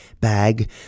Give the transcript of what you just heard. bag